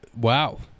wow